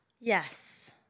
Yes